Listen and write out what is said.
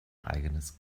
eigenes